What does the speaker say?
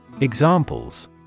Examples